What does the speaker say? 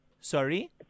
Sorry